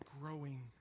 growing